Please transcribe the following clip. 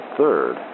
third